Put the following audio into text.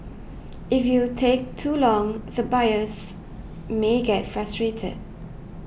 if you take too long the buyers may get frustrated